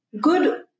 Good